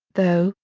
though,